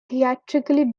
theatrically